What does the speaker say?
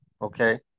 Okay